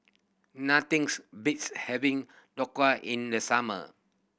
nothing's beats having Dhokla in the summer